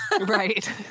right